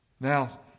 Now